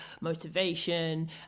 motivation